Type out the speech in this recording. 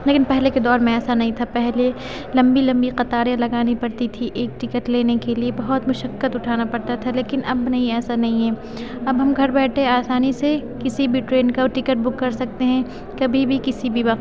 لیکن پہلے کے دور میں ایسا نہیں تھا پہلے لمبی لمبی قطاریں لگانی پڑتی تھی ایک ٹکٹ لینے کے لیے بہت مشقت اٹھانا پرتا تھا لیکن اب نہیں ایسا نہیں ہے اب ہم گھر بیٹھے آسانی سے کسی بھی ٹرین کا ٹکٹ بک کر سکتے ہیں کبھی بھی کسی بھی وقت